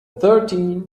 thirteenth